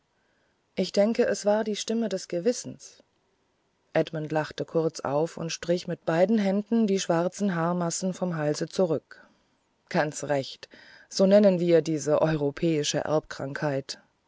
ich denke es war die stimme des gewissens edmund lachte kurz auf und strich mit beiden händen die schwarzen haarmassen vom halse zurück ganz recht so nennen wir diese europäische erbkrankheit